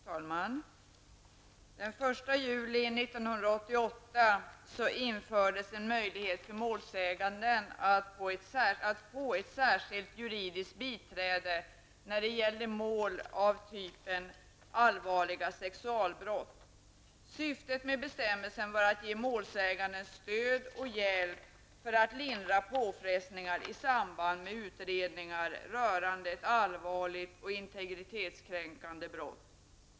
Herr talman! Den första 1 juli 1988 infördes en möjlighet för målsägande att få ett särskilt juridiskt biträde när det gäller mål av typen allvarliga sexualbrott. Syftet med bestämmelsen var att ge den målsägande stöd och hjälp för att lindra påfrestningar i samband med utredningar rörande ett allvarligt och integritetskränkande brott.